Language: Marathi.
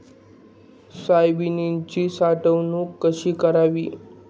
सोयाबीनची साठवण कशी करावी?